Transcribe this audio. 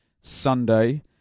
Sunday